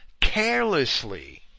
carelessly